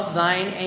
thine